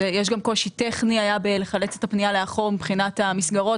יש גם קושי טכני בלחלץ את הפנייה לאחור מבחינת המסגרות